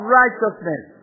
righteousness